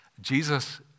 Jesus